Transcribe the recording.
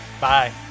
Bye